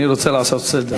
אני רוצה לעשות סדר.